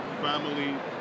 family